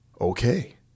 okay